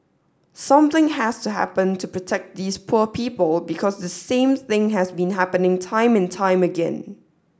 something has to happen to protect these poor people because this same thing has been happening time and time again